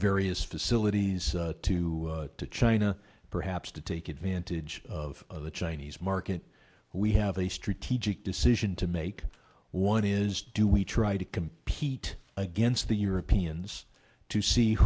various facilities to to china perhaps to take advantage of the chinese market we have a strategic decision to make one is do we try to compete against the europeans to see